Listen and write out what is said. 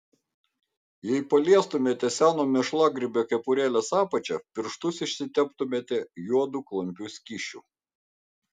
jei paliestumėte seno mėšlagrybio kepurėlės apačią pirštus išsiteptumėte juodu klampiu skysčiu